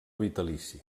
vitalici